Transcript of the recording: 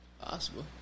Possible